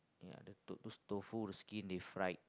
yeah the those tofu skin they fried